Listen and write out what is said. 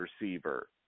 receiver